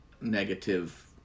negative